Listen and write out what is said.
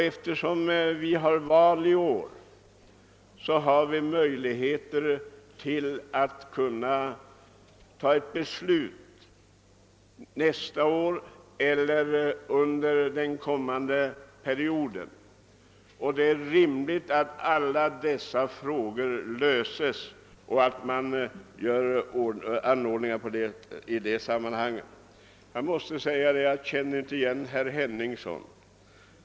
Eftersom vi har valår har vi möjlighet att fatta ett nytt beslut nästa år eller under den kommande perioden. Det är alltså rimligt att alla dessa frågor nu snabbt löses. Jag känner inte igen herr Henningsson i dag.